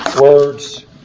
words